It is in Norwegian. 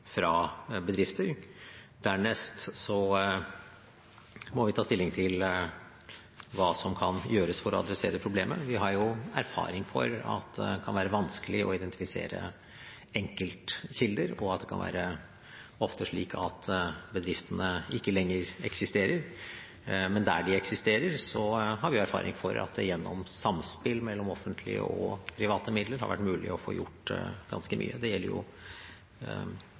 fra bedrifter. Dernest må vi ta stilling til hva som kan gjøres for å adressere problemet. Vi har jo erfaring for at det kan være vanskelig å identifisere enkeltkilder, og det kan ofte være slik at bedriftene ikke lenger eksisterer. Men der de eksisterer, har vi erfaring for at det gjennom et samspill mellom offentlige og private midler har vært mulig å få gjort ganske mye. Det gjelder